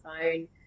phone